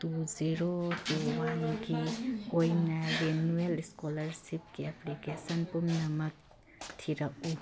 two zero two ꯋꯥꯟꯀꯤ ꯑꯣꯏꯅ renewal ꯏꯁꯀꯣꯂꯥꯔꯁꯤꯞꯀꯤ ꯑꯦꯄ꯭ꯂꯤꯀꯦꯁꯟ ꯄꯨꯝꯅꯃꯛ ꯊꯤꯔꯛꯎ